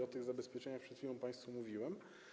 O tych zabezpieczeniach przed chwilą państwu mówiłem.